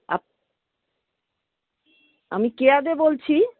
আ আমি কেয়া দে বলছি